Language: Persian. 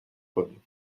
کنین